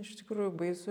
iš tikrųjų baisu